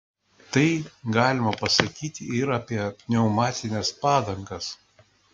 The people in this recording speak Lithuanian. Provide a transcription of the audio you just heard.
tai galima pasakyti ir apie pneumatines padangas